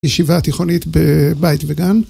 ישיבה תיכונית בבית וגן